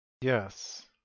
Yes